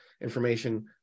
information